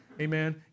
Amen